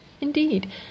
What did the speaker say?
Indeed